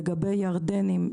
לגבי ירדנים,